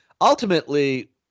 ultimately